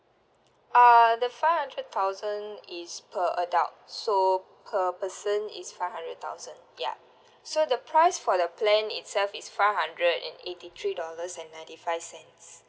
uh the five hundred thousand is per adult so per person is five hundred thousand ya so the price for the plan itself is five hundred and eighty three dollars and ninety five cents